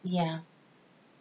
ya